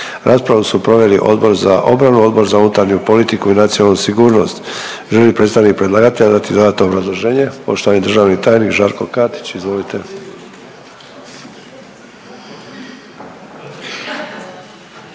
Raspravu su proveli Odbor za obranu, Odbor za unutarnju politiku i nacionalnu sigurnost. Želi li predstavnik predlagatelja dati dodatno obrazloženje? Poštovani državni tajnik Žarko Katić, izvolite.